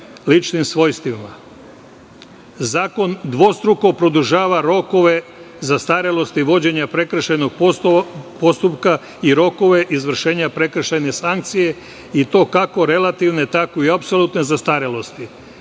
ličnim svojstvima. Zakon dvostruko produžava rokove zastarelosti vođenja prekršajnih postupka i rokove izvršenja prekršajne sankcije i to kako relativne, tako i apsolutne zastarelosti.